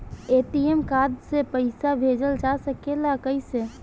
ATM card से पइसा भेजल जा सकेला कइसे?